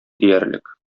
диярлек